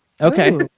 Okay